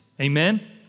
Amen